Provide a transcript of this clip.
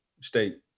state